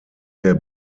der